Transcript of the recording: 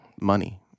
money